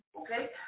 Okay